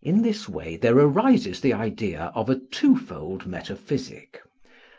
in this way there arises the idea of a twofold metaphysic